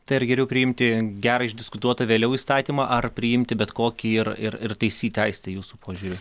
tai ar geriau priimti gerą išdiskutuotą vėliau įstatymą ar priimti bet kokį ir ir ir taisyti aiste jūsų požiūriu